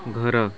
ଘର